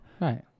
right